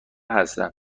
هستن